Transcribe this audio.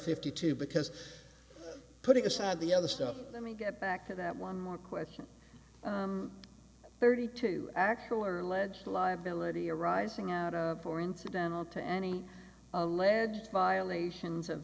fifty two because putting aside the other stuff let me get back to that one more question thirty two actual or alleged liability arising out of or incidental to any alleged violations of